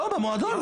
לא, במועדון.